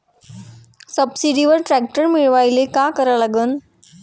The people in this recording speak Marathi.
सबसिडीवर ट्रॅक्टर मिळवायले का करा लागन?